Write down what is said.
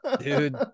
dude